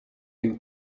been